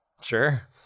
Sure